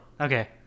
Okay